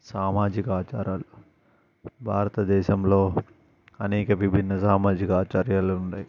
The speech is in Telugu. సామాజిక ఆచారాలు భారతదేశంలో అనేక విభిన్న సామాజిక ఆచార్యాలు ఉండాయి